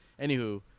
Anywho